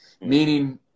meaning